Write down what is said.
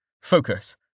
Focus